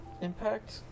impact